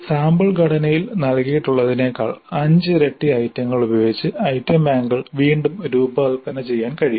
sample ഘടനയിൽ നൽകിയിട്ടുള്ളതിനേക്കാൾ അഞ്ചിരട്ടി ഐറ്റങ്ങൾ ഉപയോഗിച്ച് ഐറ്റം ബാങ്കുകൾ വീണ്ടും രൂപകൽപ്പന ചെയ്യാൻ കഴിയും